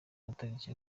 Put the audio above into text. matariki